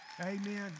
Amen